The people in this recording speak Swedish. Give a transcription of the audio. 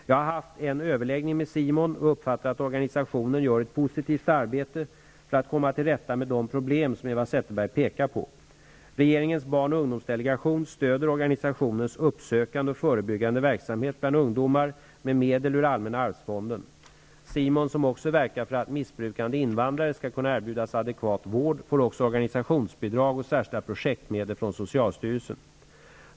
Jag har haft en överläggning med SIMON och uppfattar att organisationen gör ett positivt arbete för att komma till rätta med de problem som Eva Zetterberg pekar på. Regeringens barnoch ungdomsdelegation stöder med medel ur Allmänna arvsfonden organisationens uppsökande och förebyggande verksamhet bland ungdomar. SIMON, som också verkar för att missbrukande invandrare skall kunna erbjudas adekvat vård, får också organisatonsbidrag och särskilda projektmedel från socialstyrelsen.